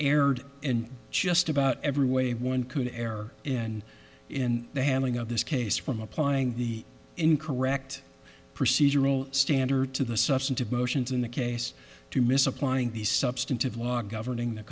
erred in just about every way one could air in in the handling of this case from applying the incorrect procedural standard to the substantive motions in the case to misapplying the substantive law governing the